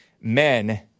men